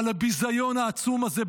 על הביזיון העצום הזה,